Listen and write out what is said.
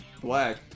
black